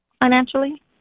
financially